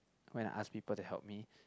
when I asked people to help me